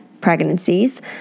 pregnancies